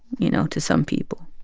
you know, to some people.